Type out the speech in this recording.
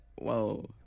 whoa